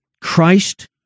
Christ